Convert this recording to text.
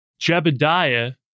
Jebediah